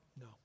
no